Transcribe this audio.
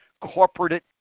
corporate